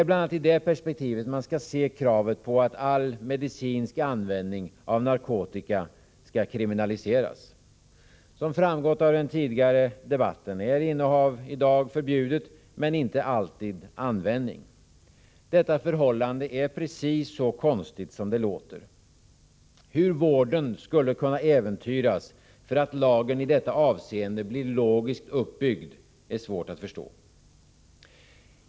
Bl.a. i det perspektivet skall man se kravet på att all icke medicinsk användning av narkotika skall kriminaliseras. Som framgått av den tidigare debatten är innehav i dag förbjudet men inte alltid användning. Det är precis så konstigt som det låter. Hur vårdfilosofin skulle kunna äventyras genom att lagen i detta avseende blir logiskt uppbyggd är svårt att förstå.